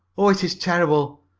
oh, it is terrible!